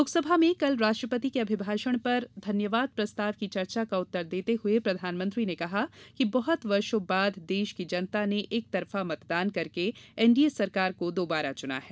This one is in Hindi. लोकसभा में कल राष्ट्रपति के अभिभाषण पर धन्यवाद प्रस्ताव की चर्चा का उत्तर देते हुए प्रधानमंत्री ने कहा कि बहुत वर्षो बाद देश की जनता ने एक तरफा मतदान करके एनडीए सरकार को दोबारा चुना है